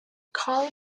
carl